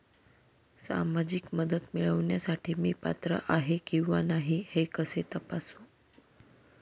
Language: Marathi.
सामाजिक मदत मिळविण्यासाठी मी पात्र आहे किंवा नाही हे कसे तपासू?